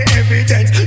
evidence